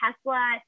Tesla